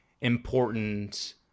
important